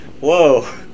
Whoa